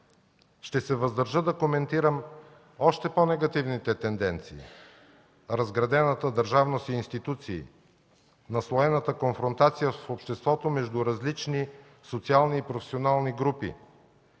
Ще се въздържа да коментирам още по-негативните тенденции, разградената държавност и институции, наслоената конфронтация в обществото между различни социални и професионални групи,